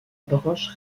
branche